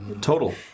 Total